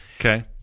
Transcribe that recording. Okay